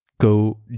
go